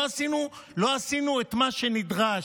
לא עשינו את מה שנדרש.